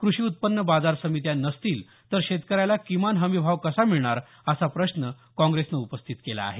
कृषी उत्पन्न बाजार समित्या नसतील तर शेतकऱ्याला किमान हमी भाव कसा मिळणार असा प्रश्न काँप्रेसनं उपस्थित केला आहे